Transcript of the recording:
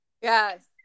Yes